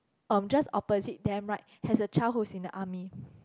um just opposite them right has a child who's in the army